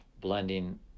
blending